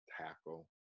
tackle